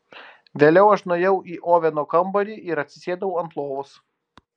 vėliau aš nuėjau į oveno kambarį ir atsisėdau ant lovos